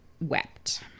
Wept